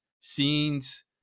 scenes